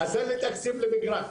חסר לי תקציב למגרש.